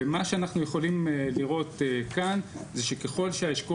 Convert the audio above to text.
ומה שאנחנו יכולים לראות כאן שככל שהאשכול